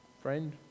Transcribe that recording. friend